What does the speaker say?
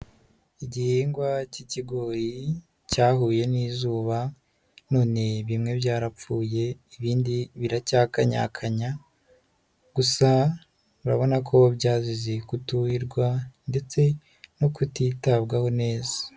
lgihingwa cy'ikigoyi cyahuye n'izuba none bimwe byarapfuye ibindi biracyakanyakanya, gusa urabona ko byazize gutuhirwa, ndetse no kutitabwaho neza.